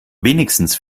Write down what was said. wenigstens